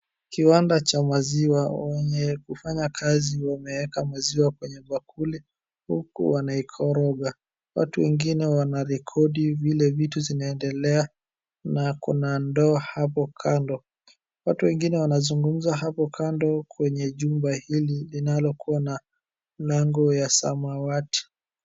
Kiwanda cha maziwa, wenye kufanya kazi wameeka maziwa kwenye bakuli, huku wanaikoroga. Watu wengine wanarekodi vile vitu zinaendelea na kuna ndoo hapo kando. Watu wengine wanazungumza hapo kando kwenye jumba hili linalokuwa na lango ya samawati.